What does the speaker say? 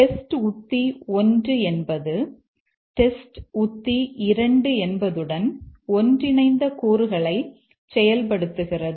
test உத்தி 1 என்பது test உத்தி 2 என்பதுடன் ஒன்றிணைந்த கூறுகளை செயல்படுத்துகிறது